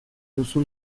duzu